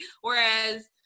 Whereas